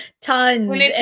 Tons